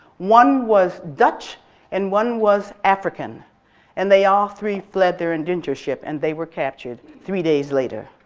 one was dutch and one was african and they all three fled their indentureship and they were captured three days later.